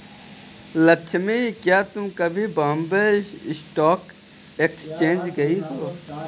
लक्ष्मी, क्या तुम कभी बॉम्बे स्टॉक एक्सचेंज गई हो?